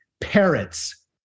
parrots